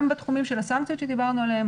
בתחומים של הסנקציות שדיברנו עליהם,